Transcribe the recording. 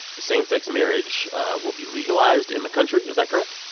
same-sex marriage will be legalized in the country. is that correct?